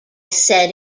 said